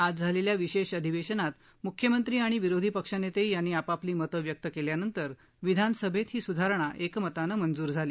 आज झालेल्या विशेष अधिवेशनात मुख्यमंत्री आणि विरोधी पक्षनेते यांनी आपापली मत व्यक्त केल्यानंतर विधानसभेत ही सुधारणा एकमतानं मंजूर झाली